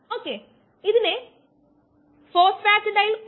അതായത് നമുക്ക് half maximal rate കിട്ടുന്നത്